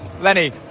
Lenny